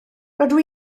rydw